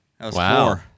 Wow